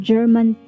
German